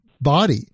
body